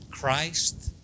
Christ